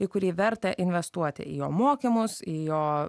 į kurį verta investuoti į jo mokymus į jo